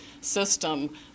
system